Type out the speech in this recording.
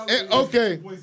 Okay